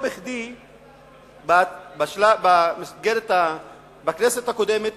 לא בכדי בכנסת הקודמת,